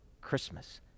Christmas